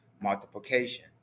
multiplication